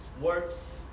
works